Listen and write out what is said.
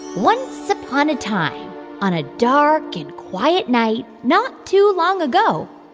once upon a time, on a dark and quiet night not too long ago,